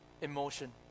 emotion